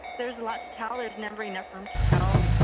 there's a lot to tell. there's never enough room to tell.